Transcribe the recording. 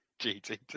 GTT